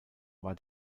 war